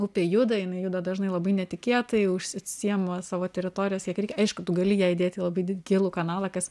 upė juda jinai juda dažnai labai netikėtai užsisėma savo teritorijos kiek reikia aišku tu gali ją įdėt į labai d gilų kanalą kas